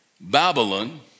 Babylon